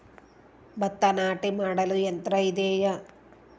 ಭತ್ತ ನಾಟಿ ಮಾಡಲು ಯಂತ್ರ ಇದೆಯೇ?